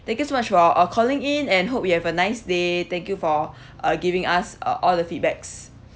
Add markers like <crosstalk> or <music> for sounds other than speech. thank you so much for calling in and hope you have a nice day thank you for <breath> uh giving us uh all the feedbacks